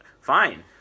fine